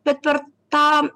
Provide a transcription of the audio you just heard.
bet per tą